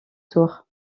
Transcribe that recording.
tour